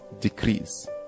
decrease